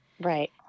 Right